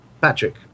Patrick